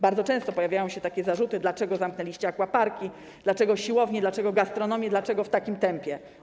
Bardzo często pojawiają się takie zarzuty: dlaczego zamknęliście aquaparki, dlaczego siłownie, dlaczego gastronomię, dlaczego w takim tempie?